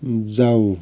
जाऊ